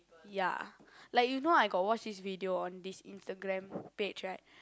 ya like you know I got watch this video on this Instagram page right